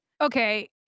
Okay